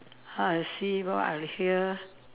how I see what I'll hear